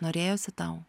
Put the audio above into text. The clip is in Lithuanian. norėjosi tau